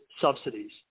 subsidies